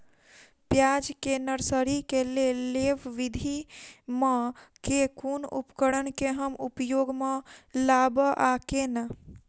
प्याज केँ नर्सरी केँ लेल लेव विधि म केँ कुन उपकरण केँ हम उपयोग म लाब आ केना?